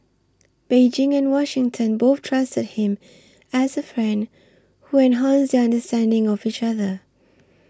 Beijing and Washington both trusted him as a friend who enhanced their understanding of each other